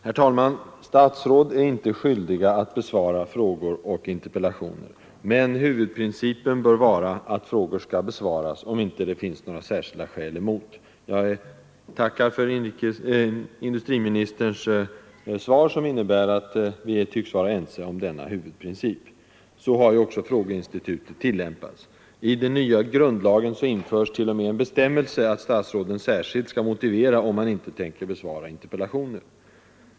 Herr talman! Statsråd är inte skyldiga att besvara frågor och interpellationer, men huvudprincipen bör vara att frågor skall besvaras, om det inte finns särskilda skäl som talar mot detta. Jag tackar för industriministerns svar, som tycks innebära att vi är ense om denna huvudprincip. Så har ju också frågeinstitutet tillämpats. I den nya grundlagen införs t.o.m. en bestämmelse om att statsråden särskilt skall motivera om man inte tänker besvara interpellationer.